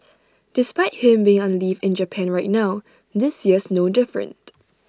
despite him being on leave in Japan right now this year's no different